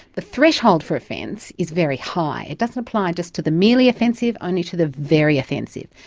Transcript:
the threshold for offence is very high. it doesn't apply just to the merely offensive, only to the very offensive.